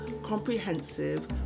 comprehensive